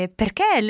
perché